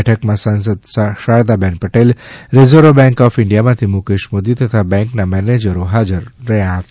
બેઠકમાં સાંસદ Shardaben Patel reserve bank of ઇન્ડિયામાંથી મુકેશ મોદી તથા બેંકોના મેનેજરો હાજર રહ્યા હતા